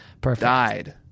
died